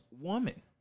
woman